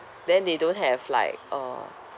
then they don't have like uh